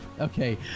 Okay